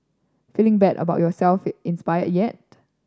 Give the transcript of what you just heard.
feeling bad about yourself inspired yet